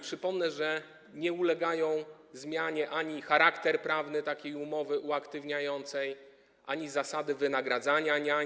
Przypomnę, że nie ulegają zmianie ani charakter prawny takiej umowy uaktywniającej, ani zasady wynagradzania niań.